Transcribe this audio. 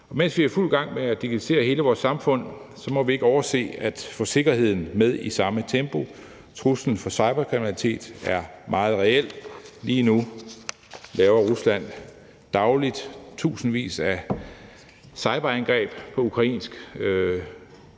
Mens vi er i fuld gang med at digitalisere hele vores samfund, må vi ikke overse at få sikkerheden med i samme tempo. Truslen fra cyberkriminalitet er meget reel. Lige nu laver Rusland dagligt tusindvis af cyberangreb på ukrainsk